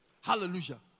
Hallelujah